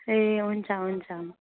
ए हुन्छ हुन्छ